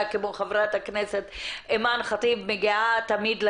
כמו חברת הכנסת אימאן ח'טיב - מגיעה תמיד לדיונים,